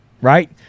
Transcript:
Right